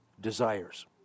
desires